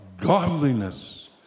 Godliness